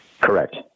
Correct